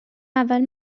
اول